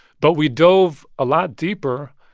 but we dove a lot deeper.